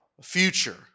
future